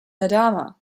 adama